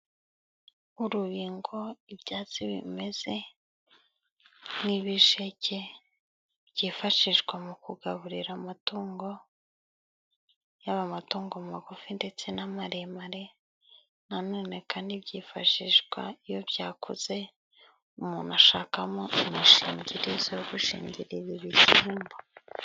Urubingo ibyatsi bimeze nk'ibisheke, byifashishwa mu kugaburira amatungo, yaba amatungo magufi ndetse n'amaremare, nanone kandi byifashishwa iyo byakuze, umuntu ashakamo imishingirizo yo gushingira ibishyimbo.